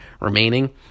remaining